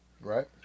Right